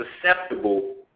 susceptible